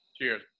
Cheers